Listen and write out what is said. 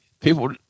People